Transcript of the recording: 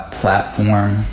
platform